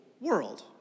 world